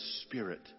spirit